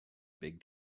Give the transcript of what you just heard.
big